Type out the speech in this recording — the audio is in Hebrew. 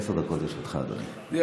עשר דקות, לרשותך, אדוני.